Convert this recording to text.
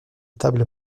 table